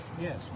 yes